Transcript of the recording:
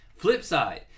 Flipside